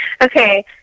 okay